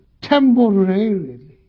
temporarily